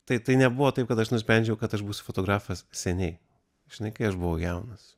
tai tai nebuvo taip kad aš nusprendžiau kad aš būsiu fotografas seniai žinai kai aš buvau jaunas